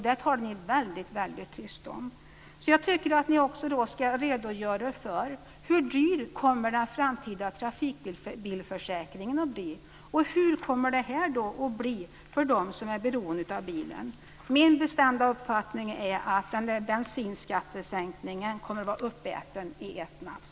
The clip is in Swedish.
Jag tycker därför att ni också ska redogöra för hur dyr den framtida trafikbilförsäkringen kommer att bli. Vad kommer detta att innebära för dem som är beroende av bilen? Min bestämda uppfattning är att bensinskattesänkningen kommer att vara uppäten i ett nafs.